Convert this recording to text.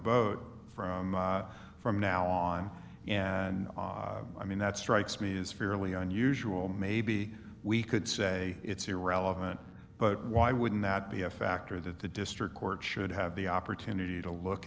boat from from now on and i mean that strikes me is fairly unusual maybe we could say it's irrelevant but why wouldn't that be a factor that the district court should have the opportunity to look